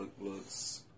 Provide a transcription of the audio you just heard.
looks